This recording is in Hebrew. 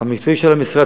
המקצועי של המשרד,